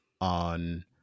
on